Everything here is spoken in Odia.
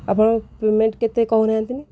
ଆପଣ ପେମେଣ୍ଟ୍ କେତେ କହୁନାହାନ୍ତି